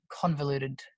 convoluted